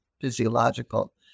physiological